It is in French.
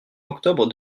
octobre